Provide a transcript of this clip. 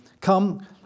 come